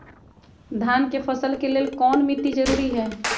धान के फसल के लेल कौन मिट्टी जरूरी है?